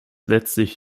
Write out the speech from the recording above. letztlich